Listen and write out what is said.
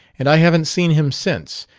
and i haven't seen him since.